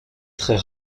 très